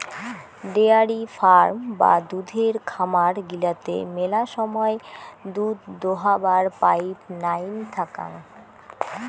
dairy farm বা দুধের খামার গিলাতে মেলা সময় দুধ দোহাবার পাইপ নাইন থাকাং